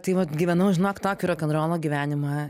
tai vat gyvenau žinok tokį rokenrolo gyvenimą